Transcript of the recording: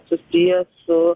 susiję su